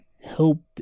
Helped